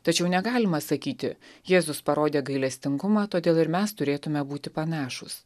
tačiau negalima sakyti jėzus parodė gailestingumą todėl ir mes turėtume būti panašūs